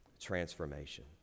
transformation